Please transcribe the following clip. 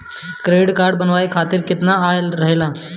Credit card बनवाए के खातिर केतना आय रहेला?